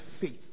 faith